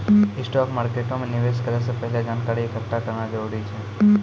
stock मार्केटो मे निवेश करै से पहिले जानकारी एकठ्ठा करना जरूरी छै